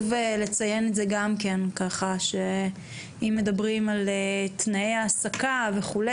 אם מדברים על תנאי העסקה וכו',